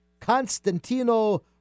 Constantino